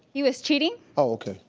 he was cheating. oh, okay.